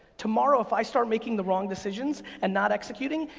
tomorrow, if i start making the wrong decisions and not executing,